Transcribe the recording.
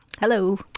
Hello